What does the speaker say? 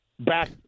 Back